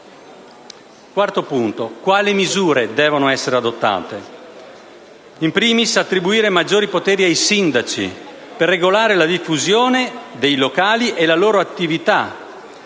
Quarto punto. Quali misure devono essere adottate? *In primis* attribuire maggiori poteri ai sindaci per regolare la diffusione dei locali e la loro attività.